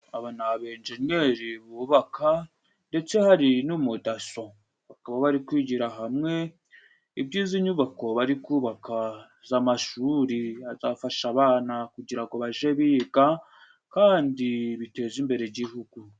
Aba ni Abenjenyeri bubaka ndetse hari n'umudaso. Bakaba bari kwigira hamwe iby'izi nyubako bari kubaka z'amashuri azafasha abana kugira ngo baje biga kandi biteze imbere Igihugu.